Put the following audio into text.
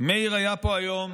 מאיר היה פה היום,